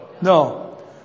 No